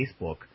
Facebook